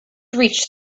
reached